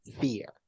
fear